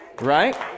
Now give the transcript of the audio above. Right